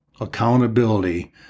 accountability